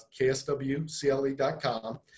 kswcle.com